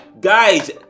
Guys